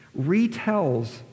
retells